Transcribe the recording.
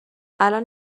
الان